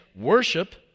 worship